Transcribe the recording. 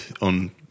on